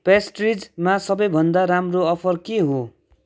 पेस्ट्रिजमा सबै भन्दा राम्रो अफर के हो